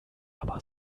aber